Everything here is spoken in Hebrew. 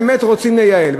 אתם באמת רוצים לייעל,